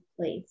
place